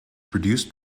produced